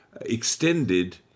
extended